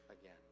again